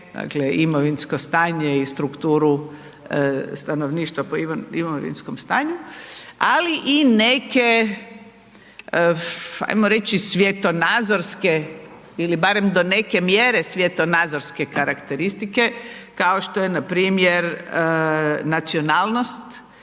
imovinsko stanje i strukturu stanovništva po imovinskom stanju, ali i neke, ajmo reći, svjetonazorske ili barem do neke mjere svjetonazorske karakteristike kao što je npr. nacionalnost